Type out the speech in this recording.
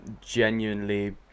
Genuinely